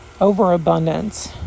Overabundance